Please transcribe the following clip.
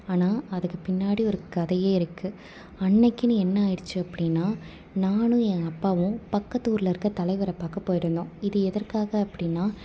ஆனால் அதுக்கு பின்னாடி ஒரு கதையே இருக்குது அன்னைக்குனு என்னாயிடுச்சு அப்படினா நானும் என் அப்பாவும் பக்கத்தூர்ல இருக்க தலைவரை பார்க்க போயிருந்தோம் இது எதற்க்காக அப்படினா